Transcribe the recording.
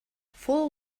full